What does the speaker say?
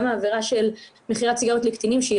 גם בעבירה של מכירת סיגריות לקטינים שהיא